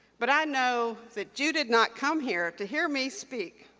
but i know that you did not come here to hear me speak.